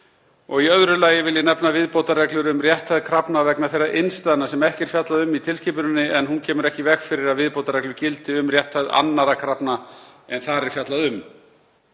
Í öðru lagi vil ég nefna viðbótarreglur um rétthæð krafna vegna þeirra innstæðna sem ekki er fjallað um í tilskipuninni en hún kemur ekki í veg fyrir að viðbótarreglur gildi um rétthæð annarra krafna en þar er fjallað um.